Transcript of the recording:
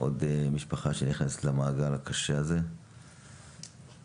עוד משפחה שנכנסת למעגל הקשה הזה, לצערנו.